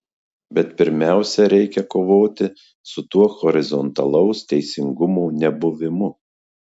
bet pirmiausia reikia kovoti su tuo horizontalaus teisingumo nebuvimu